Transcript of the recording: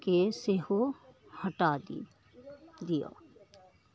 के सेहो हटा दियौ दियऽ